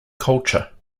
culture